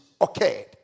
occurred